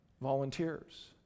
volunteers